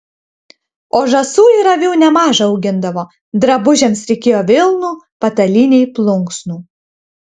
o žąsų ir avių nemaža augindavo drabužiams reikėjo vilnų patalynei plunksnų